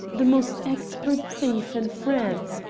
the most expert thief in france!